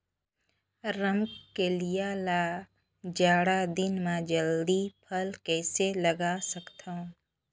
रमकलिया ल जाड़ा दिन म जल्दी फल कइसे लगा सकथव?